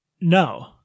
No